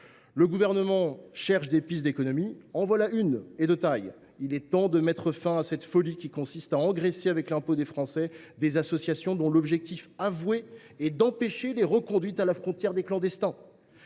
Le Gouvernement cherche des pistes d’économies ? En voici une, de taille : il est temps de mettre fin à cette folie qui consiste à engraisser avec l’impôt des Français des associations dont l’objectif avoué est d’empêcher la reconduite à la frontière des clandestins